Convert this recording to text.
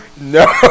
No